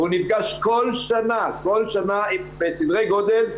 והוא נפגש כל שנה עם סדרי גודל,